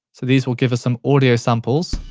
so these will give us some audio samples.